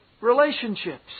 relationships